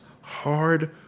hard